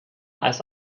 als